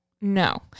no